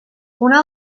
una